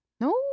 No